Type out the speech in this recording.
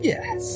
Yes